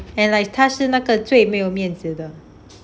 and like 她是那个最没有面子的